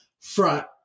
front